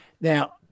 Now